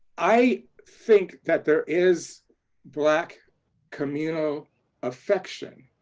i think that there is black communal affection.